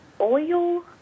oil